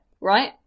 right